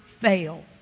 fail